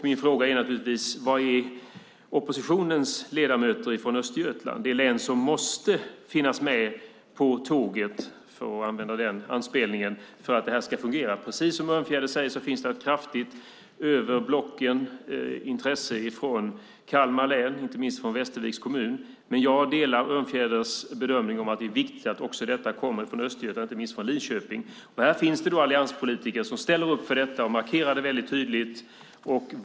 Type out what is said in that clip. Min fråga är naturligtvis: Var är oppositionens ledamöter från Östergötland, det län som måste finnas med på tåget, för att använda den anspelningen, för att det här ska fungera? Precis som Örnfjäder säger finns det ett kraftigt intresse över blocken från Kalmar län, inte minst från Västerviks kommun. Men jag delar Örnfjäders bedömning, att det är viktigt att detta också kommer från Östergötland, inte minst från Linköping. Det finns allianspolitiker som ställer upp för detta och markerar det väldigt tydligt.